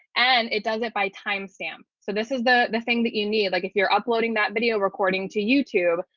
and it does it by timestamp. so this is the the thing that you need. like if you're uploading that video recording to youtube,